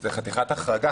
זו חתיכת החרגה.